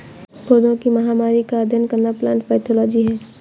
पौधों की महामारी का अध्ययन करना प्लांट पैथोलॉजी है